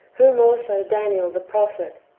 whom also daniel the prophet,